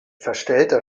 verstellter